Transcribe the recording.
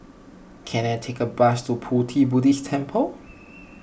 can I take a bus to Pu Ti Buddhist Temple